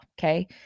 okay